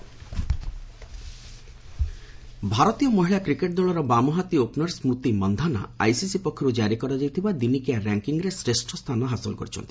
ICC ଭାରତୀୟ ମହିଳା cricket ଦଳର ବାମହାତୀ ଓପନର୍ ସ୍କୃତି ମନ୍ଧାନା ଆଇସିସି ପକ୍ଷରୁ ଜାରି କରାଯାଇଥିବା ଦିନିକିଆ ର୍ୟାଙ୍କିଙ୍ଗ୍ରେ ଶ୍ରେଷ୍ଠ ସ୍ଥାନ ହାସଲ କରିଛନ୍ତି